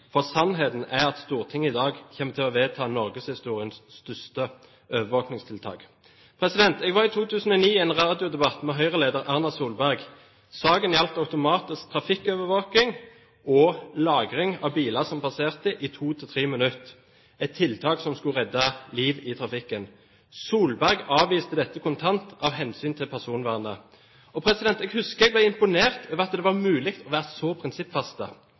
for sannheten er at Stortinget i dag kommer til å vedta norgeshistoriens største overvåkningstiltak. Jeg var i 2009 i en radiodebatt med Høyre-leder Erna Solberg. Saken gjaldt automatisk trafikkovervåkning og lagring av biler som passerte, i to til tre minutter, et tiltak som skulle redde liv i trafikken. Solberg avviste dette kontant av hensyn til personvernet. Jeg husker jeg ble imponert over at det var mulig å være så